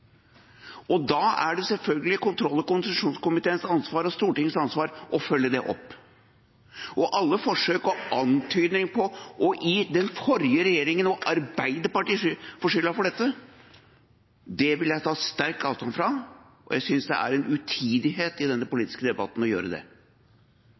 tilfellet. Da er det selvfølgelig kontroll- og konstitusjonskomiteens ansvar og Stortingets ansvar å følge det opp. Alle forsøk på og antydninger om å gi den forrige regjeringen og Arbeiderpartiet skylda for dette vil jeg ta sterk avstand fra, og jeg synes det er en utidighet i denne